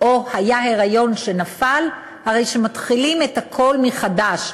או היה היריון שנפל, מתחילים את הכול מחדש: